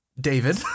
David